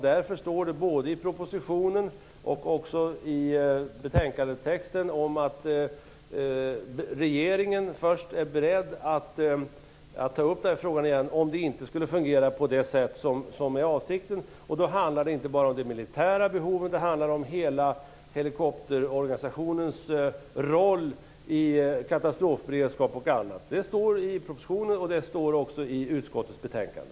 Därför står det både i propositionen och i betänkandet att regeringen är beredd att ta upp frågan igen om det inte skulle fungera på det sätt som är avsikten. Då handlar det inte bara om militära behov utan också om hela helikopterorganisationens roll i fråga om bl.a. katastrofberedskap. Detta står det om i propositionen men också i utskottets betänkande.